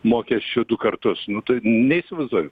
mokesčių du kartus nu tai neįsivaizduoju